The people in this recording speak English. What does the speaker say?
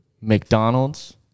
mcdonald's